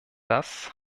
das